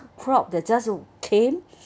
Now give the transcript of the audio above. cloud that just came